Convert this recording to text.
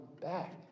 back